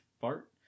fart